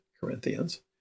Corinthians